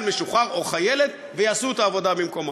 משוחרר או חיילת ויעשו את העבודה במקומם.